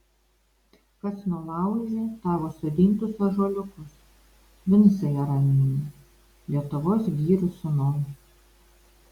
kas nulaužė tavo sodintus ąžuoliukus vincai araminai lietuvos girių sūnau